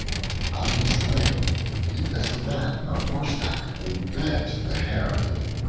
on his way he met a man on horseback who begged the hare of him,